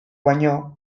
baino